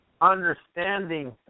understanding